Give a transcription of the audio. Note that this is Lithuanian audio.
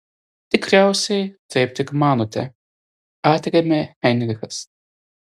tikriausiai taip tik manote atrėmė heinrichas